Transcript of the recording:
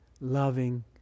loving